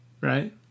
right